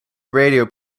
radio